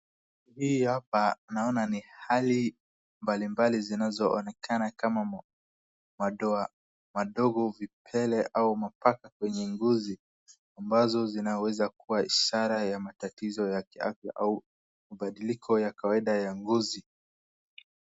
Hii hapa naona ni hali mbalimbali zinazoonekana kama madoa madogo, vipele au mabaka kwenye ngozi ambazo zinaweza kuwa ishara ya matatizo ya kiafya au mabadiliko ya kawaida ya ngozi.